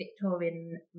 Victorian